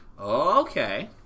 Okay